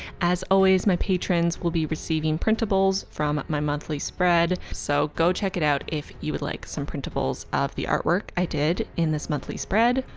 as always my patrons will be receiving printables from my monthly spread. so go check it out if you would like some printables of the artwork i did in this monthly spread.